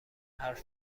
حرف